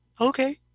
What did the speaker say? okay